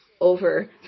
over